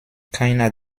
keiner